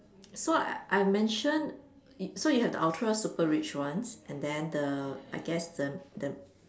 so I I've mention so you have the Ultra super rich ones and then the I guess the the